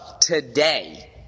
today